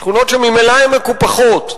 שכונות שממילא הן מקופחות,